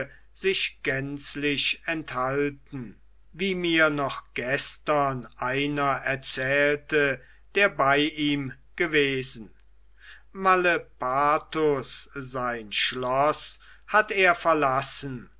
sich gänzlich enthalten wie mir noch gestern einer erzählte der bei ihm gewesen malepartus sein schloß hat er verlassen